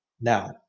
Now